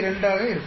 26 ஆக இருக்கும்